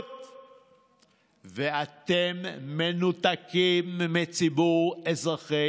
וזה חשמלאי שמתקן, וזה רואה חשבון